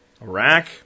Iraq